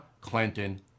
Clinton